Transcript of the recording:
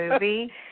movie